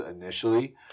initially